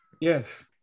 Yes